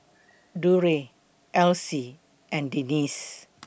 Durrell Elise and Denisse